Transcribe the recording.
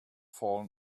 fallen